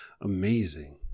amazing